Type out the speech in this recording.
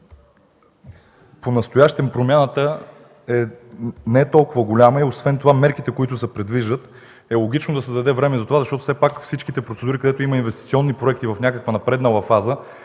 Понастоящем промяната не е толкова голяма. Освен това мерките, които се предвиждат, логично е да се даде време за това. По всичките процедури, където има инвестиционни проекти в някаква напреднала фаза,